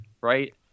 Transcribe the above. right